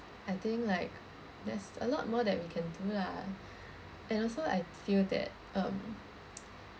I think like there's a lot more that we can do lah and also I feel that um